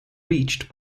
reached